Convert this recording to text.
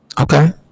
Okay